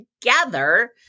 together